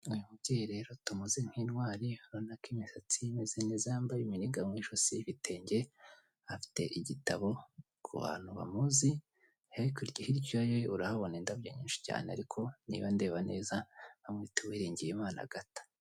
Uyu mubyeyi rero tumuzi nk'intwari urabona ko imisatsi ye imeze neza yambaye imiringa mu ijosi ibitenge, afite igitabo ku bantu bamuzi, hakurya hirya ye urahabona indabyo nyinshi cyane ariko niba ndeba neza bamwita Uwiringiyimana agata.